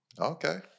okay